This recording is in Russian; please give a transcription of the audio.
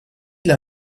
для